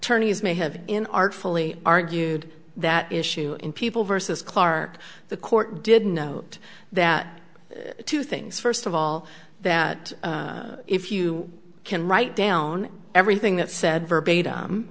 tourney's may have in artfully argued that issue in people versus clark the court did note that two things first of all that if you can write down everything that said verbatim